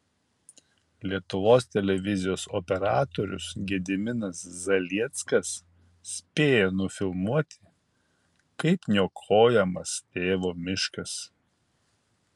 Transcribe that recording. lietuvos televizijos operatorius gediminas zalieckas spėjo nufilmuoti kaip niokojamas tėvo miškas